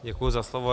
Děkuji za slovo.